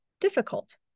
difficult